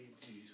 Jesus